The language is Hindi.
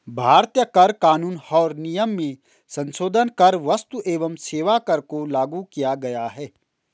भारतीय कर कानून और नियम में संसोधन कर क्स्तु एवं सेवा कर को लागू किया गया है